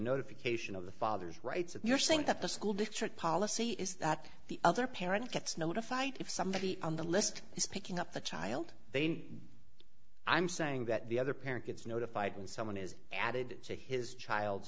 notification of the father's rights and you're saying that the school district policy is that the other parent gets notified if somebody on the list is picking up the child they need i'm saying that the other parent gets notified when someone is added to his child